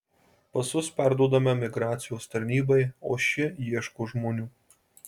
pasus perduodame migracijos tarnybai o ši ieško žmonių